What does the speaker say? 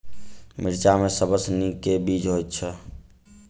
मिर्चा मे सबसँ नीक केँ बीज होइत छै?